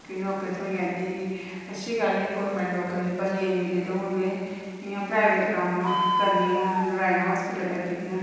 की नौकरी थ्होई जंदी की अच्छी गल्ल ही गौरमेंट नौकरी पर नेईं मिली ते हून में इं'या प्राईवेट कम्म करनी आं नारायणा हॉस्पिटल लग्गी दी